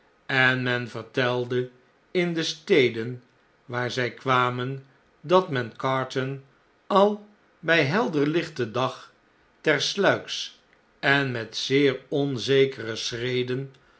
en men vertelde in de steden waar zij kwaraen dat men carton al bjj helderlichten dag tersluiks en met zeer onzekere schrein